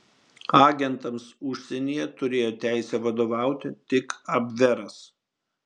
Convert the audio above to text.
agentams užsienyje turėjo teisę vadovauti tik abveras